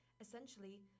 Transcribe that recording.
Essentially